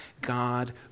God